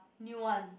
new one